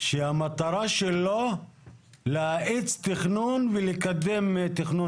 שהמטרה שלו להאיץ תכנון ולקדם תכנון